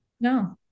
no